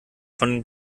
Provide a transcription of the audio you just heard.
von